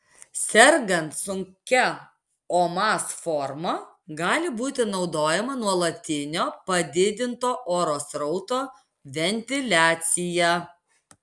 sergant sunkia omas forma gali būti naudojama nuolatinio padidinto oro srauto ventiliacija